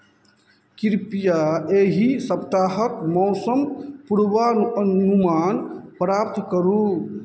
कृपया एहि सप्ताहक मौसम पूर्वानुमान प्राप्त करू